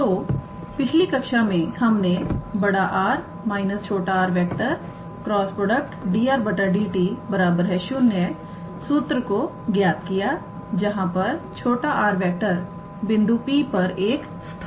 तो पिछली कक्षा में हमने 𝑅⃗ −𝑟⃗ × 𝑑𝑟⃗ 𝑑𝑡 ⃗0 सूत्र को ज्ञात किया जहां पर 𝑟⃗ बिंदु P पर एक स्थान सदिश है